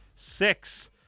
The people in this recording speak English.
Six